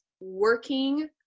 working